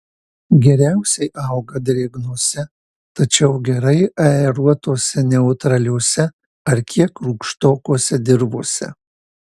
geriausiai auga drėgnose tačiau gerai aeruotose neutraliose ar kiek rūgštokose dirvose